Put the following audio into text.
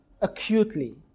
acutely